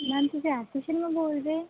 ma'am ਤੁਸੀਂ ਆਰਤੀ ਸ਼ਰਮਾ ਬੋਲਦੇ